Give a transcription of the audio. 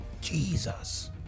Jesus